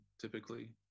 typically